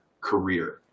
career